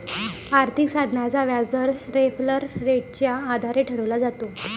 आर्थिक साधनाचा व्याजदर रेफरल रेटच्या आधारे ठरवला जातो